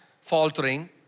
faltering